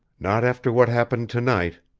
not after what happened to-night.